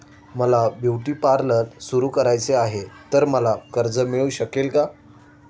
मला beauty parlour सुरू करायचे आहे तर मला कर्ज मिळू शकेल का?